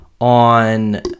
on